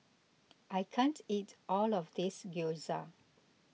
I can't eat all of this Gyoza